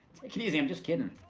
it easy, i'm just kiddin'.